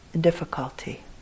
difficulty